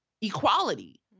equality